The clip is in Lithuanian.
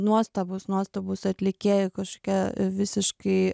nuostabūs nuostabūs atlikėja kašokie visiškai